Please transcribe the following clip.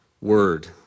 word